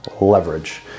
Leverage